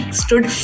stood